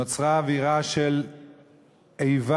נוצרה אווירה של איבה,